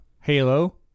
Halo